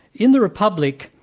in the republic,